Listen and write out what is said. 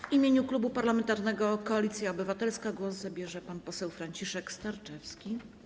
W imieniu Klubu Parlamentarnego Koalicja Obywatelska głos zabierze pan poseł Franciszek Sterczewski.